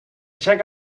check